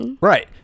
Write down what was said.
Right